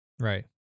Right